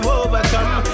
overcome